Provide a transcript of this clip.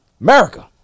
America